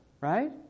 Right